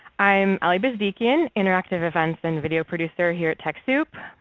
i'm ale bezdikian interactive events and video producer here at techsoup.